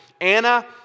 Anna